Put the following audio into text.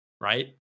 right